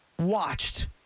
watched